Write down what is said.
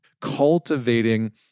cultivating